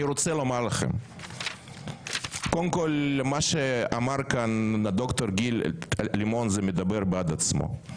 אני רוצה לומר לכם שמה שאמר כאן ד"ר גיל לימון מדבר בעד עצמו.